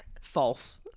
False